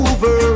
Over